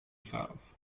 south